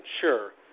Sure